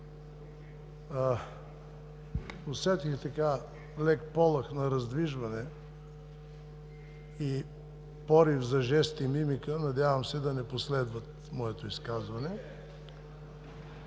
Усетих лек полъх на раздвижване и порив за жест и мимика. Надявам се да не последват моето изказване.